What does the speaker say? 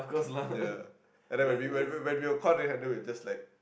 ya and when we were when we were called to handle we were just like